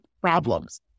problems